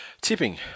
Tipping